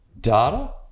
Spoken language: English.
data